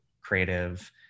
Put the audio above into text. creative